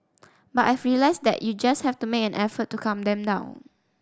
but I've realised that you just have to make an effort to calm them down